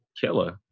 killer